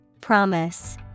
Promise